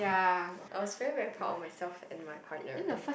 I was very very proud of myself and my partner